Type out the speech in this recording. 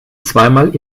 zweimal